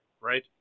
Right